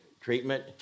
treatment